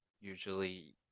usually